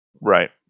right